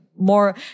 More